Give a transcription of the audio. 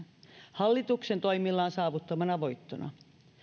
hallituksen toimillaan saavuttamana voittona